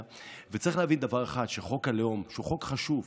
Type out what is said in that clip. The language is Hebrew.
וצריך להבין דבר אחד: חוק הלאום הוא חוק חשוב,